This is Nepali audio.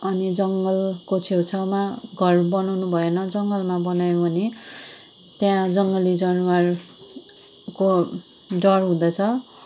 अनि जङ्गलको छेउछाउमा घर बनाउनु भएन जङ्गलमा बनायौँ भने त्यहाँ जङ्गली जनावरको डर हुँदछ